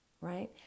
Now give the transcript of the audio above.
right